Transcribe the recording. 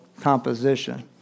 composition